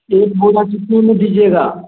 एक बोरा कितने में दीजिएगा